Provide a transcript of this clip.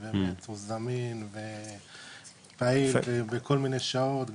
ובאמת היה זמין ופעיל בכל מיני שעות,